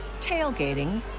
tailgating